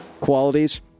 qualities